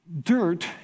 dirt